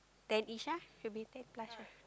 ten ish ah should be ten plus right